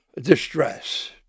distress